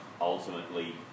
ultimately